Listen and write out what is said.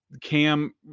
Cam